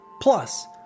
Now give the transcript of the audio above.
Plus